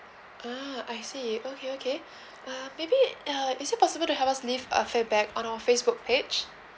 ah I see okay okay uh maybe uh is it possible to help us leave a feedback on our Facebook page